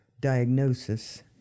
diagnosis